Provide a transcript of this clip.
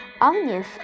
onions